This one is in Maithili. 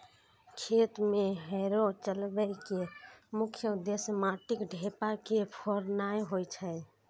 खेत मे हैरो चलबै के मुख्य उद्देश्य माटिक ढेपा के फोड़नाय होइ छै